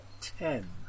ten